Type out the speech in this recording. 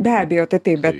be abejo tai taip bet